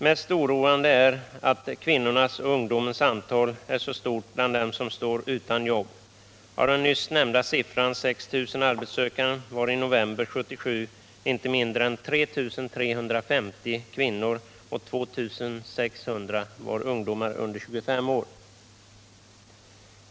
Mest oroande är att kvinnornas och ungdomens antal är så stort bland dem som står utan jobb. Av den nyss nämnda siffran 6 000 arbetssökande var i november 1977 inte mindre än 3 350 kvinnor och 2 600 ungdomar under 25 år.